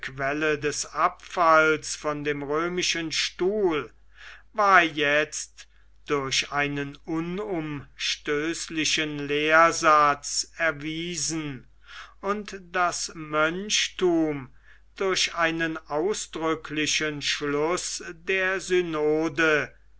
quelle des abfalls von dem römischen stuhl war jetzt durch einen unumstößlichen lehrsatz erwiesen und das mönchthum durch einen ausdrücklichen schluß der synode